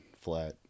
flat